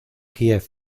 kiev